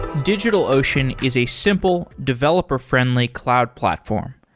digitalocean is a simple, developer-friendly cloud platform.